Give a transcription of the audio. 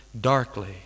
darkly